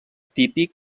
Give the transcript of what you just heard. típic